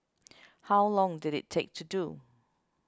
how long did it take to do